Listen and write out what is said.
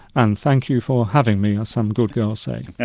and thank you for having me, as some good girls say.